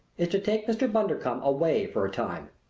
is to take mr. bundercombe away for a time.